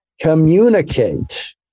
Communicate